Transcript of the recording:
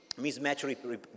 mismatch